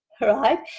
right